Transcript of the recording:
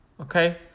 Okay